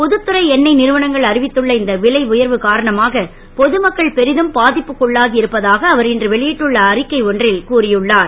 பொது துறை எண்ணெ றுவனங்கள் அறிவித்துள்ள இந்த விலை உயர்வு காரணமாக பொது மக்கள் பெரிதும் பா ப்புள்ளாகி இருப்பதாக அவர் இன்று வெளி ட்டுள்ள அறிக்கை ஒன்றில் கூறி உள்ளார்